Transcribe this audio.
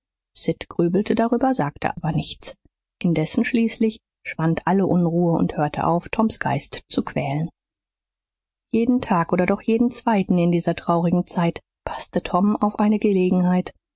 sid grübelte darüber sagte aber nichts indessen schließlich schwand alle unruhe und hörte auf toms geist zu quälen jeden tag oder doch jeden zweiten in dieser traurigen zeit passte tom auf eine gelegenheit